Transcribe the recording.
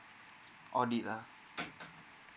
audit ah